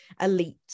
elite